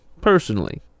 personally